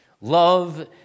Love